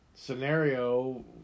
scenario